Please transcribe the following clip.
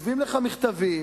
כותבים אליך מכתבים,